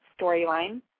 storyline